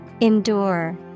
Endure